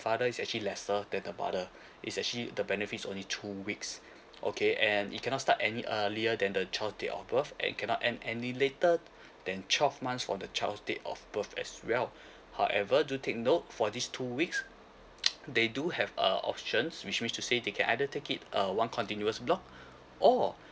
father is actually lesser than the mother it's actually the benefits only two weeks okay and it cannot start any earlier than the child's date of birth and cannot end any later than twelve months from the child's date of birth as well however do take note for these two weeks they do have uh options which means to say they can either take it uh one continuous block or